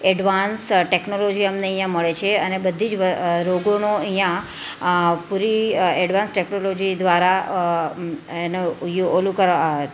advance technology અમને અહીંયાં મળે છે અને બધી જ રોગોનો અહીંયાં પૂરી એડવાન્સ ટેકનોલોજી દ્વારા એનો પેલું કરવા